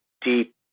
deep